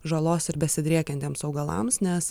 žalos ir besidriekiantiems augalams nes